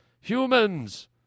Humans